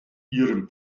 ihrem